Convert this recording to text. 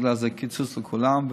בגלל שזה קיצוץ לכולם,